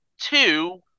two